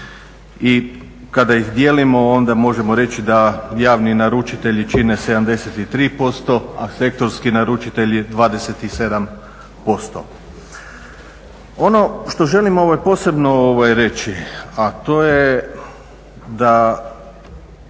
I kada ih dijelimo onda možemo reći da javni naručitelji čine 73% a sektorski naručitelji 27%. Ono što želimo posebno reći a to je da